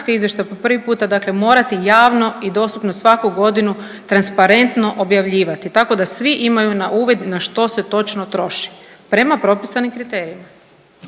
izvještaj po prvi puta, dakle morati javno i dostupno svaku godinu transparentno objavljivati tako da svi imaju na uvid na što se točno troši prema propisanim kriterijima.